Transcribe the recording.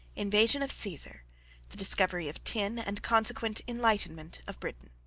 invasion of caesar the discovery of tin and consequent enlightenment of britain.